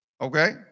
Okay